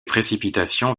précipitations